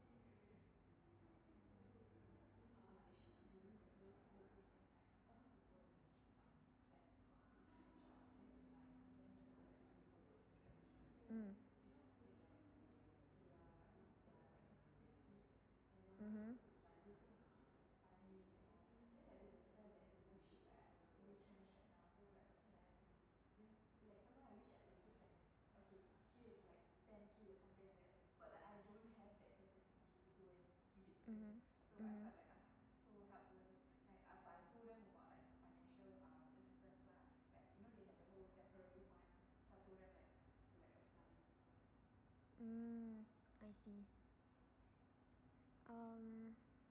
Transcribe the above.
mm mmhmm mmhmm mmhmm mm I see um